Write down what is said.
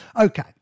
Okay